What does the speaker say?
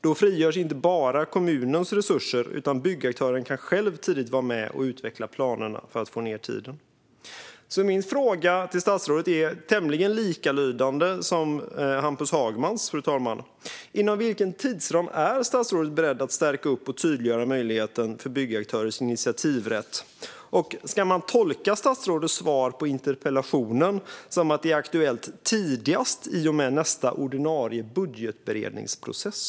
Då frigörs inte bara kommunens resurser, utan byggaktören kan själv tidigt vara med och utveckla planerna för att få ned tiden. Min första fråga till statsrådet är därför tämligen lik den som Hampus Hagman ställde, fru talman: Inom vilken tidsram är statsrådet beredd att stärka och tydliggöra möjligheten för byggaktörers initiativrätt? Och ska man tolka statsrådets svar på interpellationen som att det är aktuellt tidigast i och med nästa ordinarie budgetberedningsprocess?